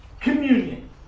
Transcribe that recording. communion